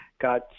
got